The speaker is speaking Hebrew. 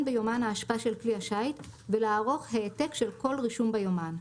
ביומן האשפה של כלי השיט ולערוך העתק של כל רישום ביומן.